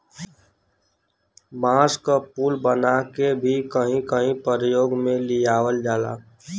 बांस क पुल बनाके भी कहीं कहीं परयोग में लियावल जाला